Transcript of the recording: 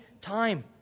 time